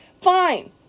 Fine